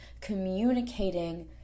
communicating